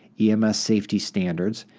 ems safety standards,